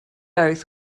oath